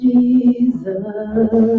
Jesus